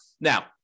Now